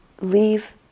leave